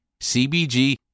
CBG